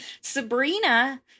Sabrina